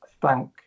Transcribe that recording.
thank